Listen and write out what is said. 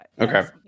okay